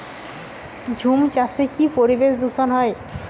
ঝুম চাষে কি পরিবেশ দূষন হয়?